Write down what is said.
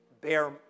bear